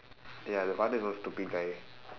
ya the father is one stupid guy